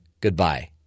goodbye